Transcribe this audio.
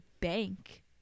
bank